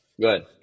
Good